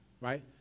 right